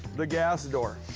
the gas door.